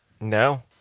No